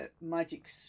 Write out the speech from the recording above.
magic